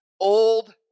old